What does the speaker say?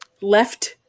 left